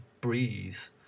breeze